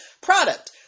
product